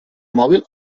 mòbil